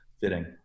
fitting